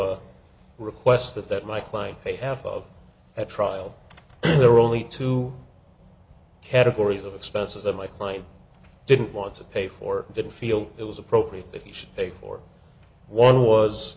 mckayla requested that my client pay half of that trial there were only two categories of expenses that my client didn't want to pay for didn't feel it was appropriate that he should pay for one was